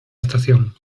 estación